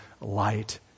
light